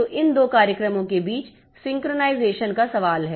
तो इन दो कार्यक्रमों के बीच सिंक्रनाइज़ेशन का सवाल है